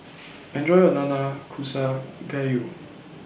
Enjoy your Nanakusa Gayu